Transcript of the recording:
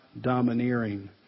domineering